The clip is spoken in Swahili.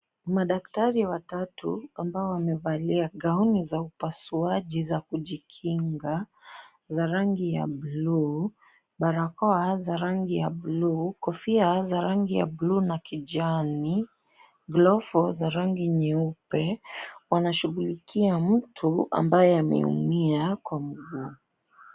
Madaktari watatu ambao wamevalia gauni za upasuaji za kujikinga za rangi ya bluu, barakoa za rangi ya bluu, kofia za rangi ya bluu na kijani, glovu za rangi nyeupe. Wanashughulikia mtu ambaye ameumia kwa mguu.